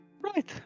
Right